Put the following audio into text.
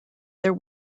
there